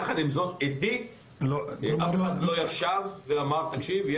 אבל יחד עם זאת אף אחד לא ישב איתי ואמר לי תקשיב,